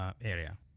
area